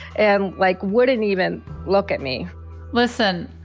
and like, what didn't even look at me listen,